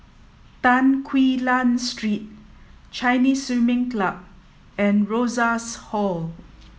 Tan Quee Lan Street Chinese Swimming Club and Rosas Hall